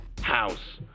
house